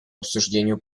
обсуждению